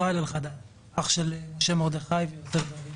אני אח של משה מרדכי ושל יוסף דוד ז"ל.